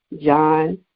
John